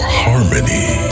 harmony